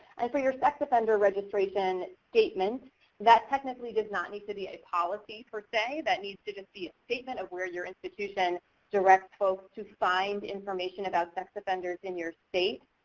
and for your sex offender registration statement that technically does not need to be a policy per se, that needs to just be a statement of where your institution directs folks to find information about sex offenders in your state.